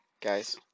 guys